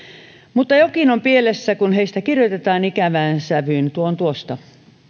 mutta jokin on pielessä kun heistä kirjoitetaan ikävään sävyyn tuon tuosta